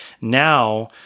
Now